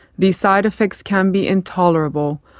these side effects can be intolerable,